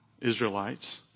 Israelites